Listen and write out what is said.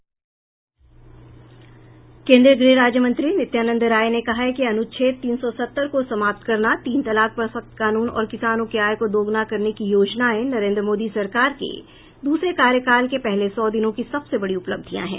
केंद्रीय गृह राज्य मंत्री नित्यानंद राय ने कहा है कि अनुच्छेद तीन सौ सत्तर को समाप्त करना तीन तलाक पर सख्त कानून और किसानों की आय को दोगुना करने की योजनाएं नरेंद्र मोदी सरकार के दूसरे कार्यकाल के पहले सौ दिनों की सबसे बड़ी उपलब्धियां हैं